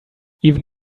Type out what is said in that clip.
even